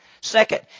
Second